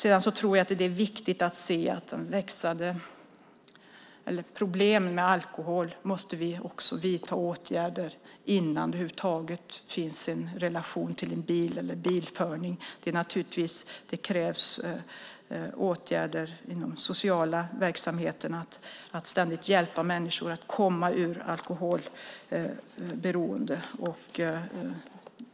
Jag tror att det är viktigt att se att vi måste vidta åtgärder mot problemen med alkohol innan det uppstår en situation där det blir aktuellt med bil eller bilkörning. Det krävs naturligtvis åtgärder i de sociala verksamheterna för att ständigt hjälpa människor att komma ur alkoholberoende.